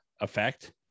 effect